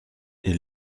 est